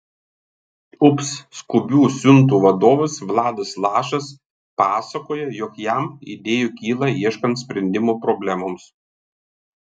ups skubių siuntų vadovas vladas lašas pasakoja jog jam idėjų kyla ieškant sprendimų problemoms